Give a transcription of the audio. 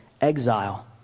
exile